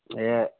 ಏ